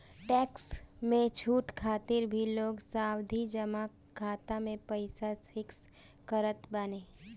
tax में छूट खातिर भी लोग सावधि जमा खाता में पईसा फिक्स करत बाने